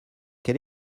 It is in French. quel